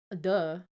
duh